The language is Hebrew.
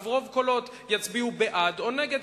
וברוב קולות יצביעו בעד או נגד,